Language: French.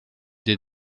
des